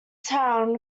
town